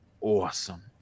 awesome